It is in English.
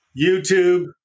YouTube